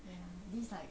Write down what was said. ya this is like